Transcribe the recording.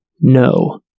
No